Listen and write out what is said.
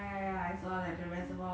basically I think three families